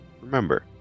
Remember